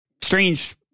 strange